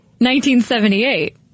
1978